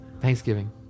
Thanksgiving